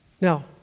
now